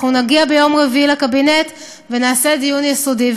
אנחנו נגיע ביום רביעי לקבינט ונעשה דיון יסודי,